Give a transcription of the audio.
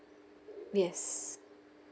yes